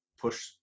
push